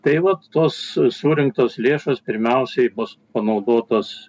tai vat tos surinktos lėšos pirmiausiai bus panaudotos